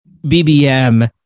BBM